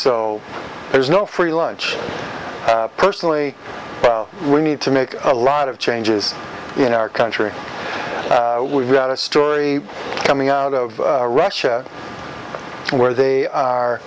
so there's no free lunch personally we need to make a lot of changes in our country we've got a story coming out of russia where they are